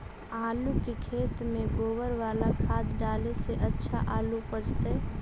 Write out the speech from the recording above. आलु के खेत में गोबर बाला खाद डाले से अच्छा आलु उपजतै?